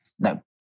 No